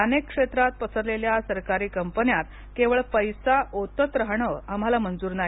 अनेक क्षेत्रात पसरलेल्या सरकारी कंपन्यात केवळ पैसा ओतत राहणे आम्हाला मंजूर नाही